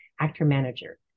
actor-manager